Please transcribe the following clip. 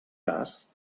cas